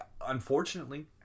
Unfortunately